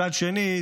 מצד שני,